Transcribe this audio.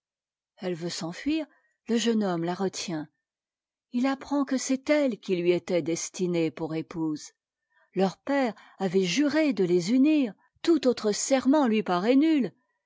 elle veut s'enfuir te jeune homme ta retient il apprend que c'est elle qui lui était destinée pour épouse leurs pères ayaient juré de les unir tout autre serment'iui paraît